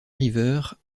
river